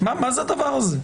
מה זה הדבר הזה?